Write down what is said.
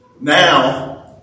Now